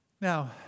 Now